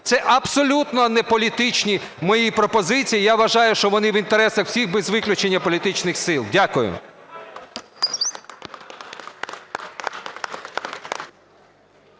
Це абсолютно неполітичні мої пропозиції, я вважаю, що вони в інтересах всіх без виключення політичних сил. Дякую.